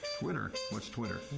twitter? what's twitter?